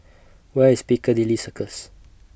Where IS Piccadilly Circus